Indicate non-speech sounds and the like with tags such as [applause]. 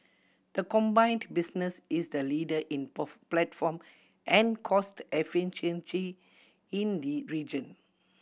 the combined business is the leader in [unintelligible] platform and cost [unintelligible] in the region